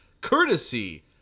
courtesy